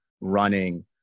running